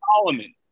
Solomon